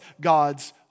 God's